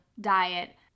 diet